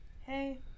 Hey